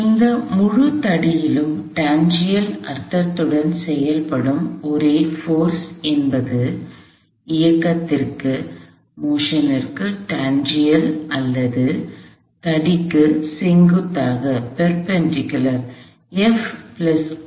இந்த முழு தடியிலும் டான்ஜென்ஷியல் அர்த்தத்துடன் செயல்படும் ஒரே தொடு விசை என்பது இயக்கத்திற்கு டான்ஜென்ஷியல் அல்லது தடிக்கு செங்குத்தாக பேர்பெண்டிகுலார்